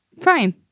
Fine